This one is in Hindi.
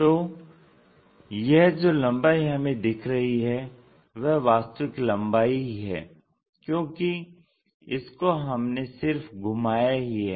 तो यह जो लम्बाई हमें दिखा रही है वह वास्तविक लम्बाई ही है क्योंकि इसको हमने सिर्फ घुमाया ही है